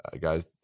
guys